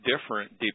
different